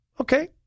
Okay